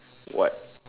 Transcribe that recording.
what